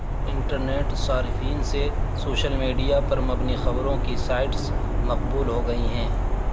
internet صارفین سے social media پر مبنی خبروں کی سائٹس مقبول ہو گئی ہیں